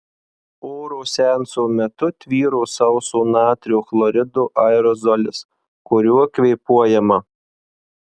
oro seanso metu tvyro sauso natrio chlorido aerozolis kuriuo kvėpuojama